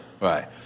Right